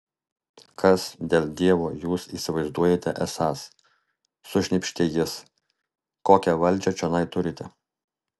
kas dėl dievo jūs įsivaizduojate esąs sušnypštė jis kokią valdžią čionai turite